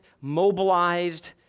mobilized